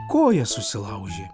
koją susilaužė